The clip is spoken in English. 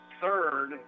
third